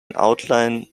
outline